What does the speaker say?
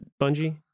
Bungie